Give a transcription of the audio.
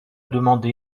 demande